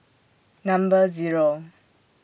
Number Zero